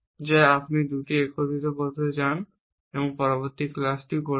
যা আপনি 2টি একত্রিত করতে চান এবং পরবর্তী ক্লাসটি করবেন